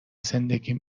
زندگیم